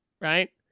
right